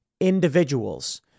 individuals